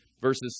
Verses